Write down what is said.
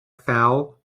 foul